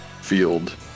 field